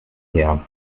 her